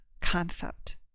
concept